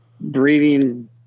breeding